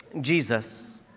Jesus